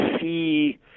see